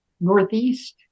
northeast